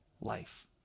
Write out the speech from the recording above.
life